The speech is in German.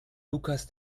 lukas